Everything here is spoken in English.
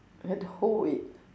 have to hold it